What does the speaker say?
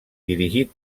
dirigit